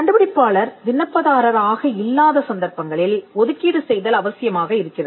கண்டுபிடிப்பாளர் விண்ணப்பதாரர் ஆக இல்லாத சந்தர்ப்பங்களில் ஒதுக்கீடு செய்தல் தேவையாய் இருக்கிறது